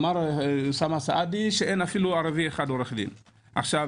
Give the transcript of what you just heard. אמר אוסאמה סעדי שאין אפילו עורך דין ערבי אחד